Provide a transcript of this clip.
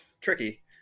tricky